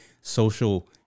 social